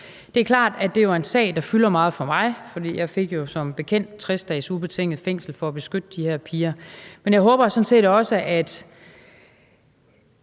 Det er klart, at det er en sag, der fylder meget for mig, for jeg fik jo som bekendt 60 dages ubetinget fængsel for at beskytte de her piger, men jeg håber sådan set også, at